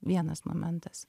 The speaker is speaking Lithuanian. vienas momentas